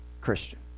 Christian